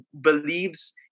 believes